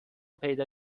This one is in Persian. پیدا